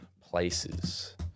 places